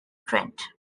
print